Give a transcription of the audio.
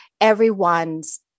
everyone's